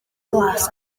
glas